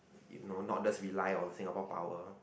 it no not just rely on Singapore power